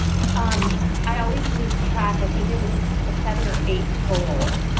um i always lose track. i think it was seven or eight total,